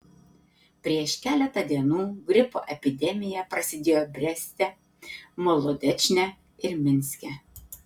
prieš keletą dienų gripo epidemija prasidėjo breste molodečne ir minske